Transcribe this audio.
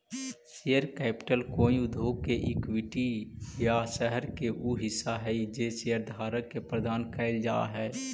share capital कोई उद्योग के इक्विटी या शहर के उ हिस्सा हई जे शेयरधारक के प्रदान कैल जा हई